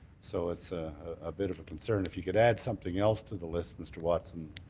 so it's ah a bit of a concern. if you could add something else to the list, mr. watson,